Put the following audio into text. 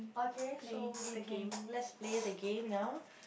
okay so we can let's play the game now